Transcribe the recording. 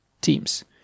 Teams